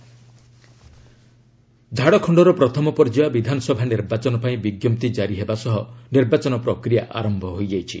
Jharkhand poll notification ଝାଡ଼ଖଣ୍ଡର ପ୍ରଥମ ପର୍ଯ୍ୟାୟ ବିଧାନସଭା ନିର୍ବାଚନ ପାଇଁ ବିଜ୍ଞପ୍ତି ଜାରି ହେବା ସହ ନିର୍ବାଚନ ପ୍ରକ୍ରିୟା ଆରମ୍ଭ ହୋଇଯାଇଛି